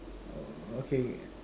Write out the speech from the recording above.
oh okay